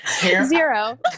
Zero